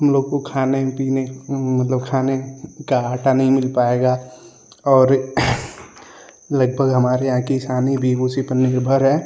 हम लोग को खाने पीने मतलब खाने का आटा नहीं मिल पाएगा और लगभग हमारे यहाँ किसानी भी उसी पर निर्भर है